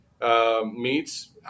meats